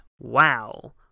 Wow